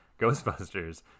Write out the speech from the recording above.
Ghostbusters